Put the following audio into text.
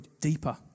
deeper